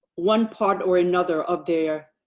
one part or another of their